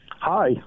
Hi